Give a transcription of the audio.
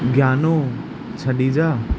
ग्यानू छडिजा